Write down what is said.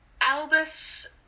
Albus